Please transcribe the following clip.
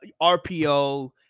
RPO